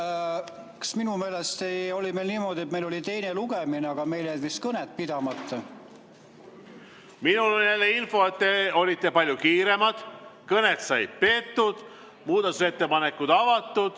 Minu meelest oli meil niimoodi, et meil oli teine lugemine, aga meil jäid vist kõned pidamata. Minul on jälle info, et te olite palju kiiremad: kõned said peetud, muudatusettepanekud avatud